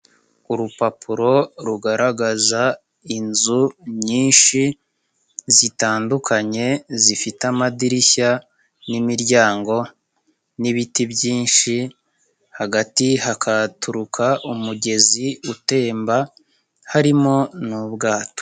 Urupapuro rugaragaza inzu nyinshi zitandukanye zifite amadirishya n'imiryango n'ibiti byinshi, hagati hakaturuka umugezi utemba harimo n'ubwato.